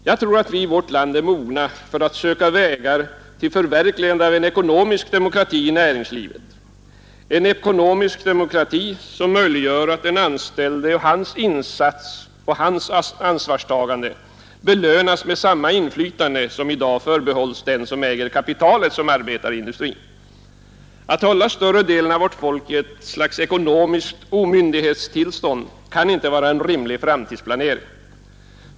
Jag tror att vi i vårt land är mogna för att söka vägar till förverkligande av en ekonomisk demokrati i näringslivet, en ekonomisk demokrati som möjliggör att den anställde och hans insats och ansvarstagande belönas med samma inflytande som i dag förbehålls dem som äger det kapital som arbetar i industrin. Att hålla större delen av vårt folk i ett slags ekonomiskt omyndighetstillstånd kan inte vara en rimlig framtidsplanering.